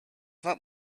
not